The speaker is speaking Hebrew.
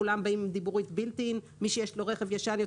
כולם באים עם דיבורית מובנית ומי שיש לו רכב ישן,